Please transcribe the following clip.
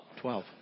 Twelve